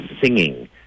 singing